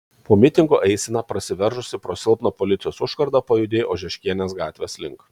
po mitingo eisena prasiveržusi pro silpną policijos užkardą pajudėjo ožeškienės gatvės link